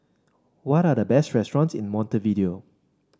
what are the best restaurants in Montevideo